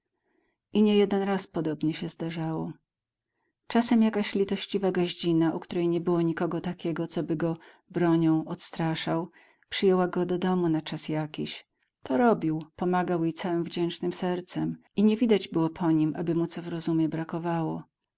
i niejeden raz podobnie się zdarzało czasem jakaś litościwa gaździna u której nie było nikogo takiego coby go bronią odstraszał przyjęła go do domu na czas jakiś to robił pomagał jej całem wdzięcznem sercem i nie widać było po nim aby mu co w rozumie brakowało